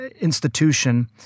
institution